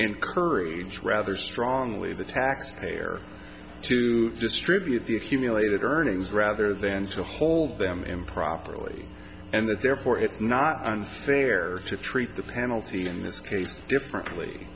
encourage rather strongly the taxpayer to distribute the accumulated earnings rather than to hold them improperly and that therefore it's not unfair to treat the penalty in this case differently